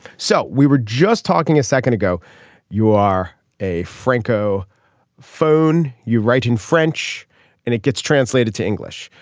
so we were just talking a second ago you are a franco phone. you write in french and it gets translated to english.